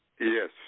Yes